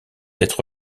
être